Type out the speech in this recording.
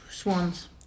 Swans